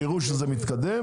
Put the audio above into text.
ויראו שזה מתקדם,